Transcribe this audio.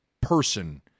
person